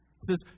says